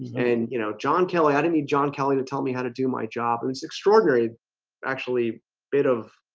and you know john kelly. i didn't need john kelly to tell me how to do my job. and it's extraordinary actually a bit of